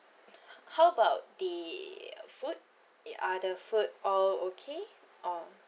how about the food the other food all okay or